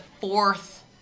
fourth